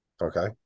Okay